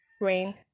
rain